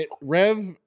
Rev